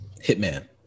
Hitman